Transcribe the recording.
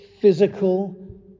physical